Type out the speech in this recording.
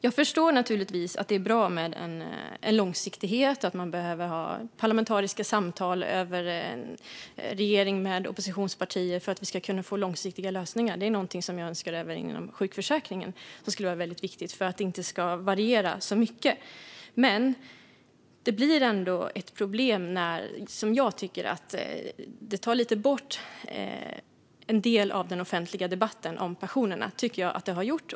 Jag förstår naturligtvis att det är bra med långsiktighet och att regering och oppositionspartier behöver föra parlamentariska samtal för att vi ska kunna få långsiktiga lösningar. Det är någonting som jag önskar även inom sjukförsäkringen; det skulle vara väldigt viktigt för att det inte ska variera så mycket. Men det blir ändå ett problem när det tar bort en del av den offentliga debatten om pensionerna, vilket jag tycker att det har gjort.